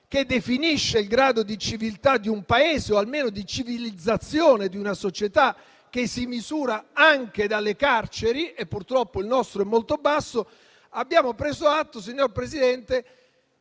che definisce il grado di civiltà di un Paese o almeno di civilizzazione di una società, che si misura anche dalle carceri (purtroppo, il nostro grado è molto basso). Signor Presidente,